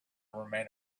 remain